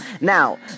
Now